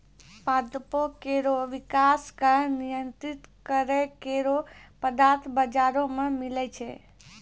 पादपों केरो विकास क नियंत्रित करै केरो पदार्थ बाजारो म मिलै छै